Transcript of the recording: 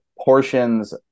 portions